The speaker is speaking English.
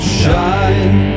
shine